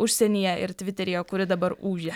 užsienyje ir tviteryje kuri dabar ūžia